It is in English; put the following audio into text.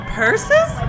purses